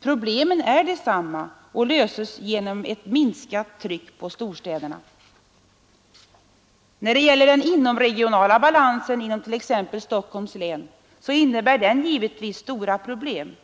Problemen är desamma och löses genom ett minskat tryck på storstäderna. Den inomregionala balansen inom t.ex. Stockholms län innebär givetvis stora problem.